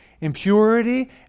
impurity